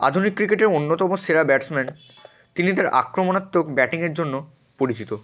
আধুনিক ক্রিকেটে অন্যতম সেরা ব্যাটসম্যান তিনি তার আক্রমণাত্মক ব্যাটিংয়ের জন্য পরিচিত